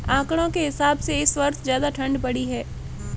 आंकड़ों के हिसाब से इस वर्ष ज्यादा ठण्ड पड़ी है